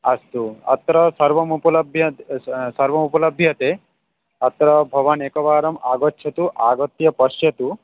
अस्तु अत्र सर्वम् उपलभ्य सर्वम् उपलभ्यते अत्र भवान् एकवारम् आगच्छतु आगत्य पश्यतु